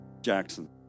Jackson